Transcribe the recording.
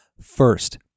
first